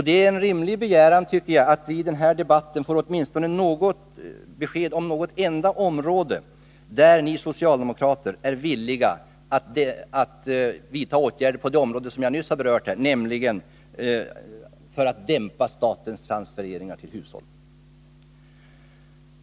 Det är en rimlig begäran att vi i den här debatten får besked om åtminstone något enda område där ni socialdemokrater är villiga att vidta åtgärder för att dämpa statens transfereringar till hushållen, som jag nyss berörde.